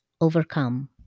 overcome